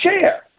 chair